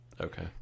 Okay